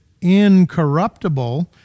incorruptible